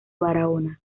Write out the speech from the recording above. barahona